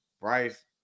Bryce